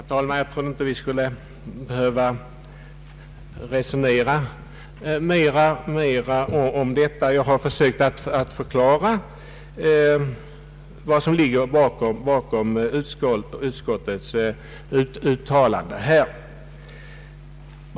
Herr talman! Jag trodde inte vi skulle behöva resonera mera om detta. Jag har försökt förklara vad som ligger bakom utskottets uttalande.